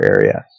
area